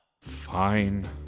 Fine